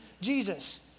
Jesus